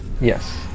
Yes